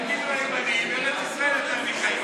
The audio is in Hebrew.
יגידו הימנים: ארץ ישראל יותר מחיים,